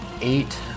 Eight